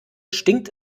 stinkt